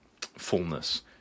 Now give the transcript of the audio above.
fullness